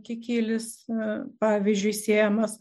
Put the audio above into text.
kikilis pavyzdžiui siejamas